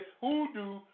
hoodoo